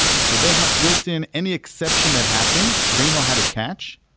so they have built in any exception that happens, they know how to catch,